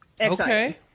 Okay